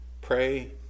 pray